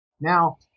Now